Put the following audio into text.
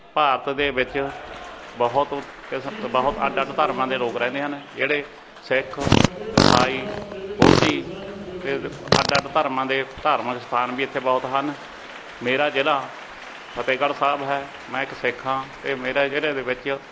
ਭਾਰਤ ਦੇ ਵਿੱਚ ਬਹੁਤ ਕਿਸ ਬਹੁਤ ਅੱਡ ਅੱਡ ਧਰਮਾਂ ਦੇ ਲੋਕ ਰਹਿੰਦੇ ਹਨ ਜਿਹੜੇ ਸਿੱਖ ਇਸਾਈ ਬੋਧੀ ਅਤੇ ਅੱਡ ਅੱਡ ਧਰਮਾਂ ਦੇ ਧਰਮਿਕ ਸਥਾਨ ਵੀ ਇੱਥੇ ਬਹੁਤ ਹਨ ਮੇਰਾ ਜ਼ਿਲ੍ਹਾ ਫਤਿਹਗੜ ਸਾਹਿਬ ਹੈ ਮੈਂ ਇੱਕ ਸਿੱਖ ਹਾਂ ਅਤੇ ਮੇਰੇ ਜ਼ਿਲ੍ਹੇ ਦੇ ਵਿੱਚ